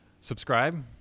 Subscribe